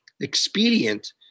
expedient